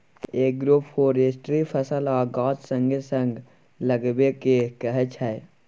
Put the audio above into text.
agroforestry फसल आ गाछ संगे संग लगेबा केँ कहय छै